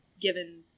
given